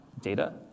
data